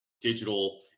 digital